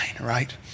right